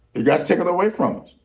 it got taken away from us